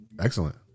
Excellent